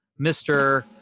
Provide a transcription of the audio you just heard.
Mr